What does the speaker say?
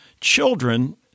children